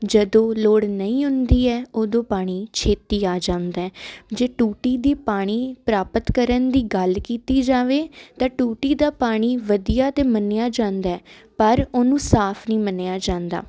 ਜਦੋਂ ਲੋੜ ਨਹੀਂ ਹੁੰਦੀ ਹੈ ਉਦੋਂ ਪਾਣੀ ਛੇਤੀ ਆ ਜਾਂਦਾ ਜੇ ਟੂਟੀ ਦੀ ਪਾਣੀ ਪ੍ਰਾਪਤ ਕਰਨ ਦੀ ਗੱਲ ਕੀਤੀ ਜਾਵੇ ਤਾਂ ਟੂਟੀ ਦਾ ਪਾਣੀ ਵਧੀਆ ਤੇ ਮੰਨਿਆ ਜਾਂਦਾ ਪਰ ਉਹਨੂੰ ਸਾਫ ਨਹੀਂ ਮੰਨਿਆ ਜਾਂਦਾ